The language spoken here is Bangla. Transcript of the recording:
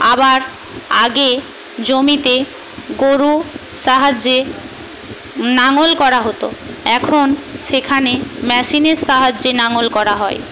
আবার আগে জমিতে গরুর সাহায্যে নাঙল করা হতো এখন সেখানে মেশিনের সাহায্যে নাঙল করা হয়